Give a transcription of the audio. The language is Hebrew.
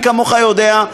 מי כמוך יודע,